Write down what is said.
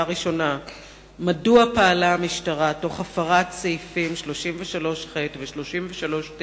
1. מדוע פעלה המשטרה תוך הפרת סעיפים 33ח ו-33ט